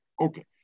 Okay